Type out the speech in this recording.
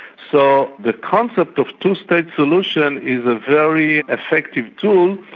so the concept of two state solution is a very effective tool,